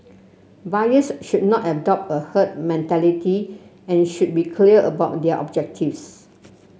buyers should not adopt a herd mentality and should be clear about their objectives